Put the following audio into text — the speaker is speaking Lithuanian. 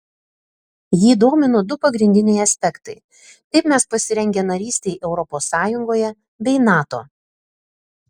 jį domino du pagrindiniai aspektai kaip mes pasirengę narystei europos sąjungoje bei nato